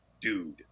dude